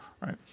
right